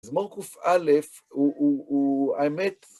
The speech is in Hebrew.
מזמור קא הוא האמת...